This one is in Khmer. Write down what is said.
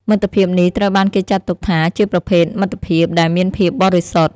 មិត្តភាពនេះត្រូវបានគេចាត់ទុកថាជាប្រភេទមិត្តភាពដែលមានភាពបរិសុទ្ធ។